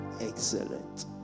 excellent